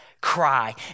Cry